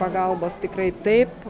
pagalbos tikrai taip